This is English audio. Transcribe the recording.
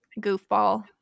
goofball